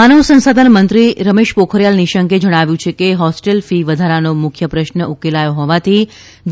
માનવ સંસાધન મંત્રી રમેશ પોખરીયાલ નિશંકે જણાવ્યું છે કે હોસ્ટેલ ફી વધારાનો મુખ્ય પ્રશ્ન ઉકેલાયો હોવાથી જે